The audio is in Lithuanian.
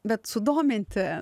bet sudominti